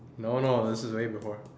no no this is way before